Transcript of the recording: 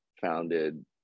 founded